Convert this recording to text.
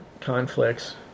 conflicts